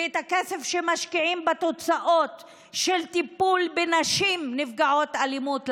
ואת הכסף שמשקיעים בתוצאות של טיפול בנשים נפגעות אלימות,